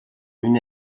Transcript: une